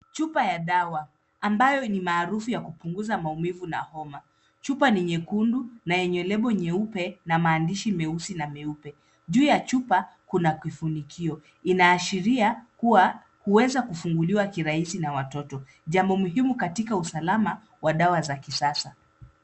Chupa ya dawa ambayo ni maarufu ya kupunguza maumivu na homa. Chupa ni nyekundu na yenye lebo nyeupe na maandishi meusi na meupe. Juu ya chupa kuna kifunikio, inaashiria kuwa huweza kufunguliwa kirahisi na watoto jambo muhimu katika usalama wa dawa za kisasa.